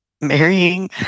marrying